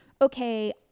okay